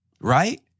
right